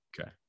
Okay